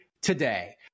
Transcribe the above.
today